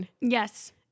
Yes